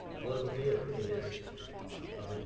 political theatre. it is an